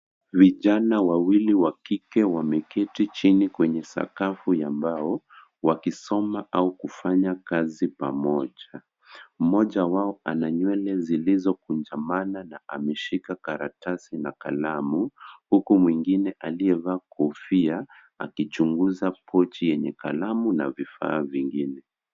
Vijana wawili wa kike wameketi chini kwenye sakafu ya mbao, wakisoma au kufanya kazi pamoja. Mmoja wao ana nywele zilizokunjamana na ameshika karatasi na kalamu, huku mwingine aliyevaa kofia, akichunguza pochi yenye kalamu na vifaa vingine.